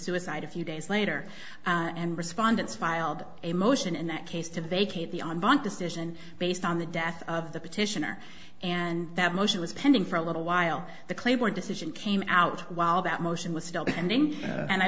suicide a few days later and respondents filed a motion in that case to vacate the on bond decision based on the death of the petitioner and that motion was pending for a little while the claim or decision came out while that motion was still pending and i